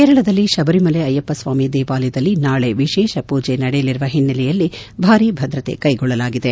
ಕೇರಳದಲ್ಲಿ ಶಬರಿಮಲೆ ಅಯ್ಟಪ್ಪ ಸ್ವಾಮಿ ದೇವಾಲಯದಲ್ಲಿ ನಾಳೆ ವಿಶೇಷ ಪೂಜೆ ನಡೆಯಲಿರುವ ಹಿನ್ನೆಲೆಯಲ್ಲಿ ಭಾರಿ ಭದ್ರತೆ ಕ್ಷೆಗೊಳ್ಳಲಾಗಿದೆ